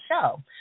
show